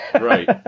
Right